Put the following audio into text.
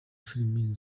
filimu